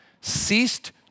ceased